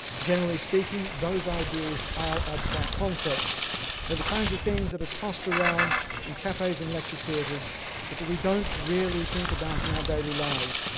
generally speaking, those ideas are abstract concepts, they're the kinds of things that are tossed around in cafe's and lecture theaters but that we don't really think about in our daily lives.